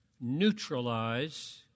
neutralize